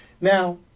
Now